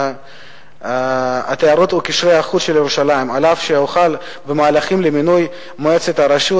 אף שהוחל במהלכים למינוי מועצת הרשות,